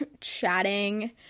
chatting